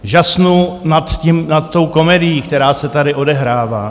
Žasnu nad tou komedií, která se tady odehrává.